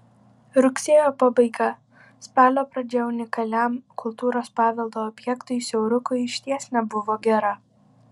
rugsėjo pabaiga spalio pradžia unikaliam kultūros paveldo objektui siaurukui išties nebuvo gera